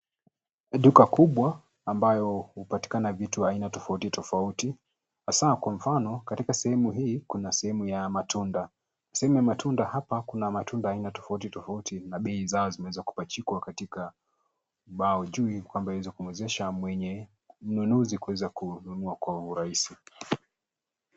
Duka kubwa ambayo hupatikana vitu aina tofauti tofauti hasa kwa mfano katika sehemu hii kuna sehemu ya matunda. Sehemu ya matunda hapa kuna matunda sina tofauti tofauti na bei zao zimeweza kupachikwa katika mbao juu kwamba iweze kumwezesha mnunuzi kuweza kununua kwa urahisi.